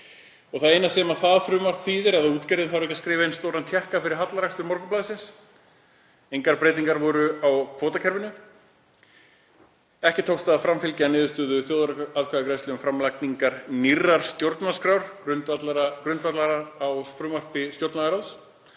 Það eina sem það þýðir er að útgerðin þarf ekki að skrifa eins stóran tékka fyrir hallarekstur Morgunblaðsins. Engar breytingar voru á kvótakerfinu. Ekki tókst að framfylgja niðurstöðu þjóðaratkvæðagreiðslu um framlagningu nýrrar stjórnarskrár grundvallaða á frumvarpi stjórnlagaráðs.